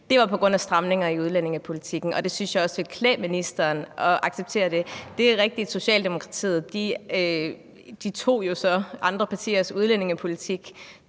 Det var på grund af stramninger i udlændingepolitikken, og det synes jeg også det ville klæde ministeren at acceptere. Det er så rigtigt, at Socialdemokratiet jo tog andre partiers udlændingepolitik